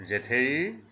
জেঠেৰিৰ